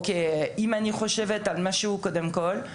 אם אני חושבת על משהו קודם כל,